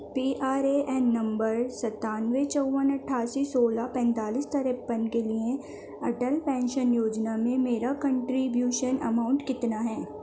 P R A N number ستانوے چوّن اٹھاسی سولہ پینتالیس تریپن کے لیے اٹل پینشن یوجنا میں میرا کنٹریبیوشن اماؤنٹ کتنا ہے